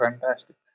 fantastic